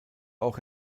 auch